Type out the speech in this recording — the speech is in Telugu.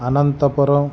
అనంతపురం